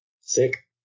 Sick